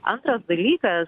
antras dalykas